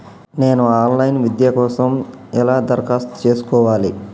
నేను online విద్య కోసం ఎలా దరఖాస్తు చేసుకోవాలి?